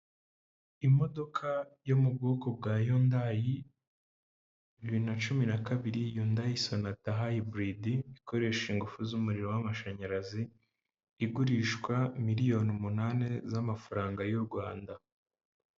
Imodoka yo mu bwoko bwa yundayi bibiri nacumi nakabiri undaisontahybrid ikoresha ingufu z'umuriro w'amashanyarazi igurishwa miliyoni umunani z'amafaranga y'u rwanda